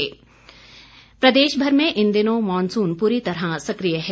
मौसम प्रदेश भर में इन दिनों मानसून पूरी तरह सक्रिय है